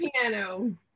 piano